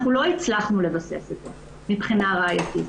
אנחנו לא הצלחנו לבסס את זה מבחינה ראייתית.